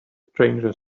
stranger